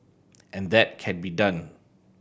and that can be done